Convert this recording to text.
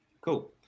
Cool